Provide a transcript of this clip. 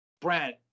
Brent